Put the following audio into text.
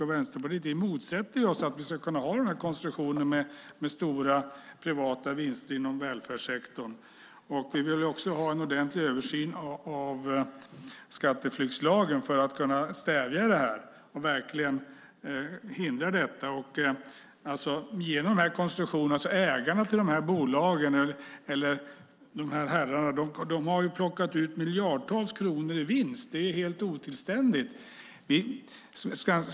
I Vänsterpartiet motsätter vi oss att vi ska kunna ha en konstruktion med stora privata vinstdrivna bolag i välfärdssektorn. Vi vill också ha en ordentlig översyn av skatteflyktslagen för att kunna stävja detta och verkligen hindra det. Genom de här konstruktionerna har ägarna till bolagen, dessa herrar, plockat ut miljardtals kronor i vinst. Det är helt otillständigt.